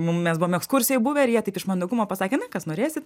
mum mes buvom ekskursijoj buvę ir jie taip iš mandagumo pasakė nu jei kas norėsit